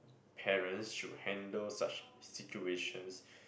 parents should handle such situations